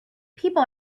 people